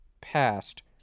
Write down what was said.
past